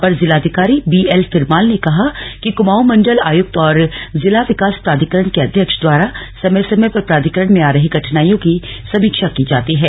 अपर जिलाधिकारी B L Firmal ने कहा कि कुमाऊं मण्डल आयुक्त और जिला विकास प्राधिकारण के अध्यक्ष द्वारा समय समय पर प्राधिकरण में आ रही कठिनाइयों की समीक्षा की जाती है